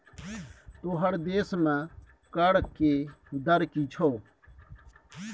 तोहर देशमे कर के दर की छौ?